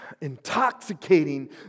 intoxicating